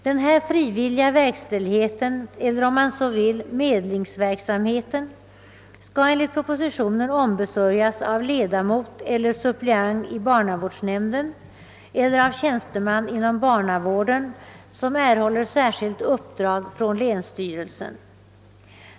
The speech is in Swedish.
Denna frivilliga verksamhet, eller medlingsverksamhet om man så vill, skall enligt propositionen ombesörjas av ledamot eller suppleant i barnavårdsnämnden eller av tjänsteman inom barnavården som erhåller särskilt uppdrag från länsstyrelsen.